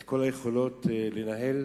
את כל היכולת לנהל